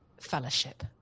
fellowship